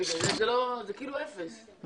זה כאילו אפס.